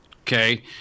okay